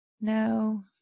no